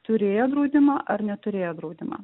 turėjo draudimą ar neturėjo draudimą